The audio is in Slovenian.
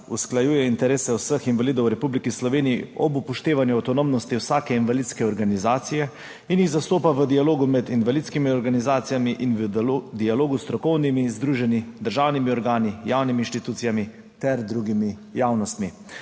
usklajuje interese vseh invalidov v Republiki Sloveniji ob upoštevanju avtonomnosti vsake invalidske organizacije in jih zastopa v dialogu med invalidskimi organizacijami in v dialogu s strokovnimi združenji, državnimi organi, javnimi institucijami ter drugimi javnostmi,